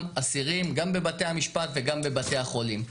אסירים גם בבתי המשפט וגם בבתי החולים.